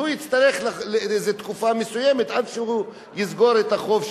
הוא יצטרך איזו תקופה מסוימת עד שהוא יסגור את החוב שלו,